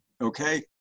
okay